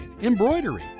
embroidery